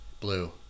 Blue